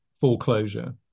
foreclosure